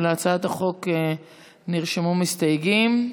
להצעת החוק נרשמו מסתייגים.